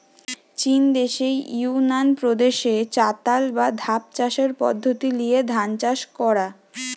চিন দেশের ইউনান প্রদেশে চাতাল বা ধাপ চাষের পদ্ধোতি লিয়ে ধান চাষ কোরা